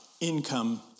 income